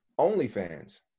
OnlyFans